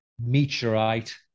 meteorite